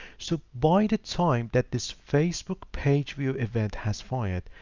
so by the time that this facebook page view event has fired,